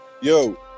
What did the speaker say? yo